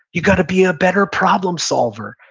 you gotta be a better problem solver.